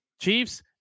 Chiefs